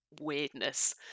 weirdness